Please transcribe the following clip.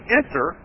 enter